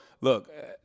look –